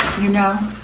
you know,